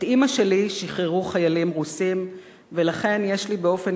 את אמא שלי שחררו חיילים רוסים ולכן יש לי באופן